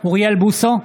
אוריאל בוסו,